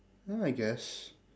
ya I guess